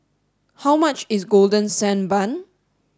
how much is golden sand bun